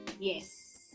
Yes